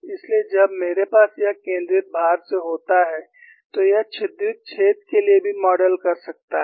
इसलिए जब मेरे पास यह केंद्रित भार से होता है तो यह छिद्रित छेद के लिए भी मॉडल कर सकता है